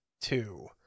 two